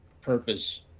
purpose